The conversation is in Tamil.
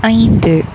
ஐந்து